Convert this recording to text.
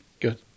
Good